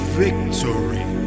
victory